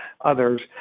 others